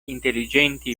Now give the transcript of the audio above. intelligenti